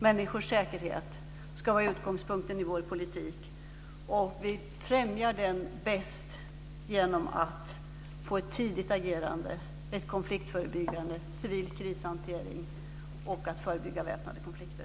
Människors säkerhet ska vara utgångspunkten i vår politik, och vi främjar den bäst genom ett tidigt agerande, ett konfliktförebyggande arbete, en civil krishantering och genom att förebygga väpnade konflikter.